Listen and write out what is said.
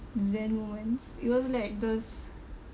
zen moments it was like those